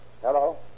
Hello